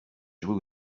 jouer